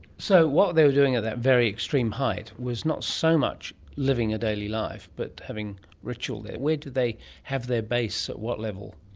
so what they were doing at that very extreme height was not so much living a daily life but having ritual there. where did they have their base, at what level?